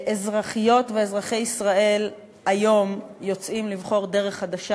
ואזרחיות ואזרחי ישראל היום יוצאים לבחור דרך חדשה,